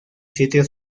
sitio